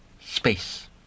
space